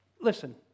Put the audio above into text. Listen